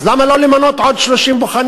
אז למה לא למנות עוד 30 בוחנים?